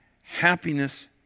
happiness